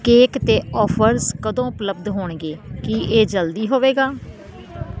cake ਤੇ offers ਕਦੋਂ ਉਪਲਬੱਧ ਹੋਣਗੇ ਕੀ ਇਹ ਜਲਦੀ ਹੋਵੇਗਾ